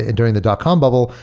and during the dot com bubble,